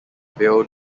vale